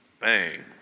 Bang